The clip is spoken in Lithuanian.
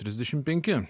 trisdešim penki